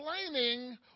explaining